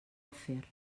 afer